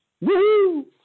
woo